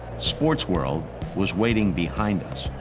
sportsworld was waiting behind us,